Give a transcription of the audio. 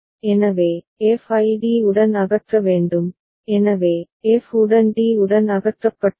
எனவே f ஐ d உடன் அகற்ற வேண்டும் எனவே f உடன் d உடன் அகற்றப்பட்டது